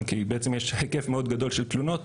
וגם כי בעצם יש היקף גדול מאוד של תלונות